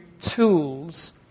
tools